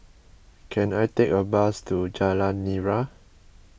can I take a bus to Jalan Nira